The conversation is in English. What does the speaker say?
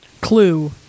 Clue